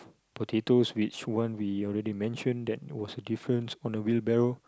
thirty two switch one we already mention that what's the difference on the whale bell